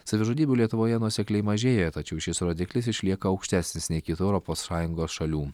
savižudybių lietuvoje nuosekliai mažėja tačiau šis rodiklis išlieka aukštesnis nei kitų europos sąjungos šalių